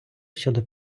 щодо